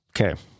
Okay